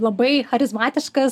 labai charizmatiškas